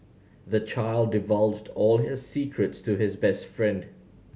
the child divulged all his secrets to his best friend